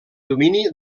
domini